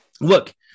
look